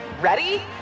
Ready